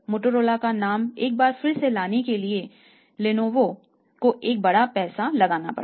Motorola का नाम एक बार फिर से लाने के लिए लेनोवो को एक बड़ा पैसा लगाना पड़ा